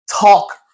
talk